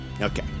Okay